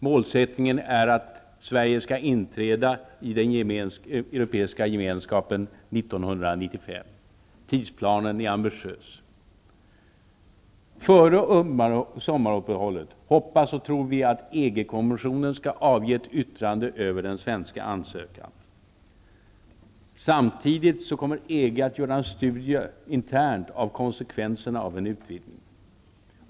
Målsättningen är att Sverige skall inträda i Europeiska Gemenskapen 1995. Tidsplanen är ambitiös. Före sommaruppehållet hoppas och tror vi att EG kommissionen skall avge ett yttrande över den svenska ansökan. Samtidigt kommer EG att göra en studie internt av konsekvenserna av en utvidgning.